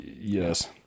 Yes